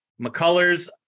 McCullers